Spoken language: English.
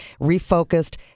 refocused